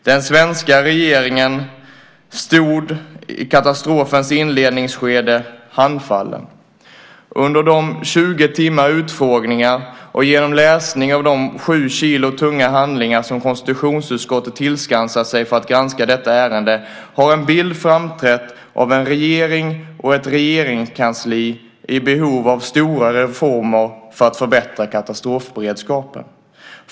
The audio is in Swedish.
Den svenska regeringen stod i katastrofens inledningsskede handfallen. Under de 20 timmar utfrågningar och genom läsning av de sju kilo tunga handlingar som konstitutionsutskottet tillskansat sig för att granska detta ärende har en bild framträtt av en regering och ett regeringskansli i behov av stora reformer för att förbättra katastrofberedskapen.